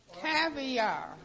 caviar